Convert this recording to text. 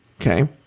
Okay